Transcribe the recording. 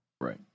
Right